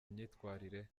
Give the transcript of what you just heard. imyitwarire